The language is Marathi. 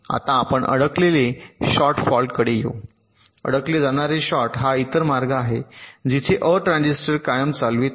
आता आपण अडकले शॉर्ट फॉल्टकडे येऊ अडकले जाणारे शॉर्ट हा इतर मार्ग आहे जिथे अ ट्रान्झिस्टर कायमचे चालवित आहे